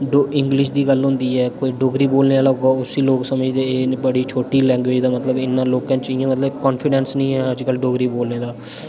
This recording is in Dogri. इंग्लिश दी गल्ल होंदी ऐ कोई डोगरी बोलने आह्ला होगा उसी लोक समझदे एह् बड़ी छोटी लैंग्वेज़ दा मतलब इ'न्ना लौह्का च इ'यां मतलब इ'न्ना कॉन्फिडेंस निं ऐ अज्जकल डोगरी बोलने दा